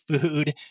food